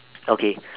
okay